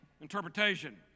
interpretation